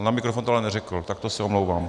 Na mikrofon to ale neřekl, tak to se omlouvám.